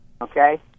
okay